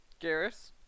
Garrus